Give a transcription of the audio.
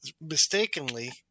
mistakenly